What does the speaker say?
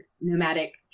nomadic